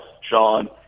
Sean